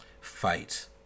fight